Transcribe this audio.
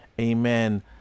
Amen